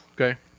okay